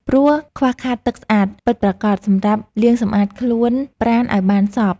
ព្រោះខ្វះខាតទឹកស្អាតពិតប្រាកដសម្រាប់លាងសម្អាតខ្លួនប្រាណឱ្យបានសព្វ។